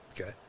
Okay